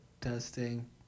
testing